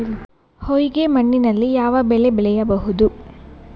ಹೊಯ್ಗೆ ಮಣ್ಣಿನಲ್ಲಿ ಯಾವ ಬೆಳೆ ಬೆಳೆಯಬಹುದು?